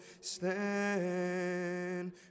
stand